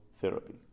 Therapy